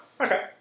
okay